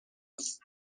است